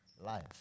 life